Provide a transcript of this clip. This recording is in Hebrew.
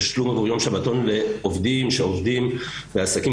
תשלום עבור יום שבתון לעובדים שעובדים בעסקים